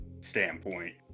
standpoint